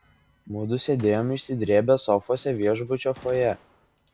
mudu sėdėjom išsidrėbę sofose viešbučio fojė